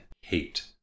hate